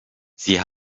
sie